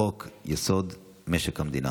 לחוק-יסוד: משק המדינה.